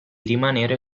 rimanere